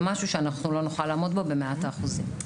משהו שאנחנו לא נוכל לעמוד בו במאת האחוזים.